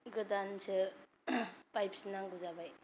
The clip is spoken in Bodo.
गोदानसो बायफिन नांगौ जाबाय